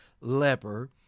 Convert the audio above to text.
leper